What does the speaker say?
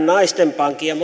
naisten pankin ja